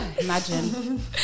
Imagine